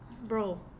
Bro